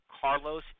Carlos